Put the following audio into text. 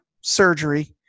surgery